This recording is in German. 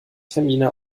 termine